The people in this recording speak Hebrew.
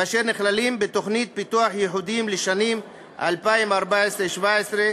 ואשר נכללים בתוכנית פיתוח ייחודית לשנים 2014 2017,